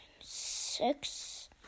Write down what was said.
six